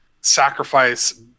sacrifice